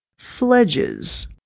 fledges